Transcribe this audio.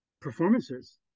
performances